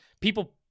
people